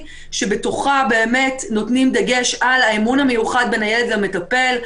שבתוכה באמת נותנים דגש על האמון המיוחד בין הילד למטפל,